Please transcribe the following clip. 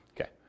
Okay